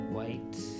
White